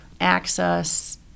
access